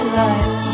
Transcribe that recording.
life